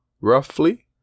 roughly